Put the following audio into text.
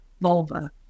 vulva